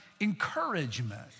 encouragement